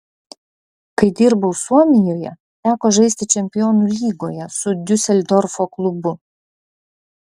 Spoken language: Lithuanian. kai dirbau suomijoje teko žaisti čempionų lygoje su diuseldorfo klubu